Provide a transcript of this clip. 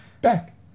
back